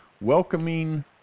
Welcoming